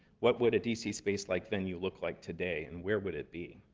what would a d c. space-like venue look like today, and where would it be?